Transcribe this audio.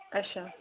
अच्छा